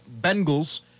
Bengals